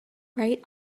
right